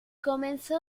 comenzó